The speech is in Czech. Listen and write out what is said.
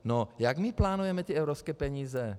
No, jak my plánujeme ty evropské peníze?